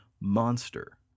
monster